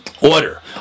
Order